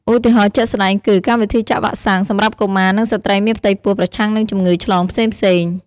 ឧទាហរណ៍ជាក់ស្តែងគឺ កម្មវិធីចាក់វ៉ាក់សាំង សម្រាប់កុមារ និងស្ត្រីមានផ្ទៃពោះប្រឆាំងនឹងជំងឺឆ្លងផ្សេងៗ។